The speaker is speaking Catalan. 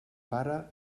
pare